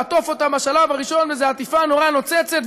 לעטוף אותן בשלב הראשון באיזו עטיפה נורא נוצצת,